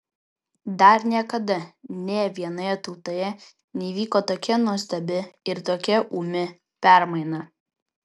dar niekada nė vienoje tautoje neįvyko tokia nuostabi ir tokia ūmi permaina